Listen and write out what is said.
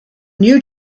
new